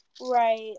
Right